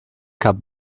kap